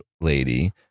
lady